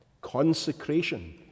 consecration